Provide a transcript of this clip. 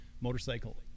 motorcycle